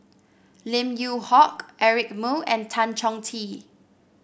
Lim Yew Hock Eric Moo and Tan Chong Tee